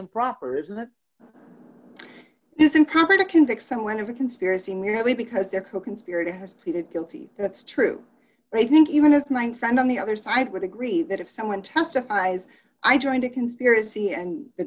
improper isn't it it's improper to convict someone of a conspiracy merely because they're coconspirator has pleaded guilty that's true but i think even as my friend on the other side would agree that if someone testifies i joined a conspiracy and the